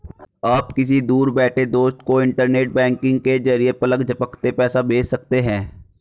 आप किसी दूर बैठे दोस्त को इन्टरनेट बैंकिंग के जरिये पलक झपकते पैसा भेज सकते हैं